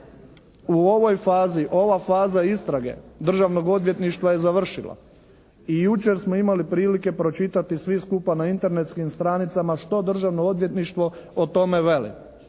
U ovoj fazi, ova faza istrage Državnog odvjetništva je završila i jučer smo imali prilike pročitati svi skupa na internetskim stranicama što Državno odvjetništvo o tome veli.